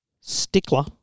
stickler